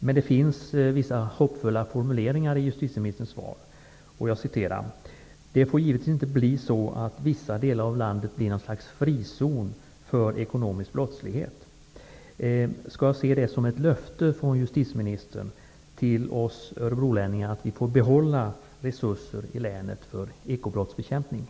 Men det finns vissa hoppfulla formuleringar i justitieministerns svar: ''Det får givetvis inte bli så att vissa delar av landet blir något slags frizoner för ekonomisk brottslighet ------.'' Skall jag se det som ett löfte från justitieministern till oss Örebrolänningar att vi får behålla resurser i länet för ekobrottsbekämpningen?